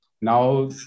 Now